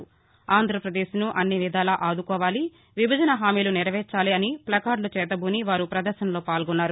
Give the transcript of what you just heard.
ఆంధ్రపదేశ్ను అన్ని విధాలా ఆదుకోవాలి విభజన హామీలు నెరవేర్చాలి అన్ని ప్లకార్డులు చేతబూని వారు ప్రపదర్శనలో పాల్గొన్నారు